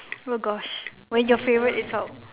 oh gosh when your favourite is out